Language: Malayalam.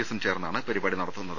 എസും ചേർന്നാണ് പരിപാടി നടത്തുന്നത്